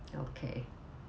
okay